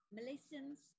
Malaysians